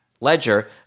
ledger